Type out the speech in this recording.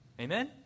Amen